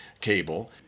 Cable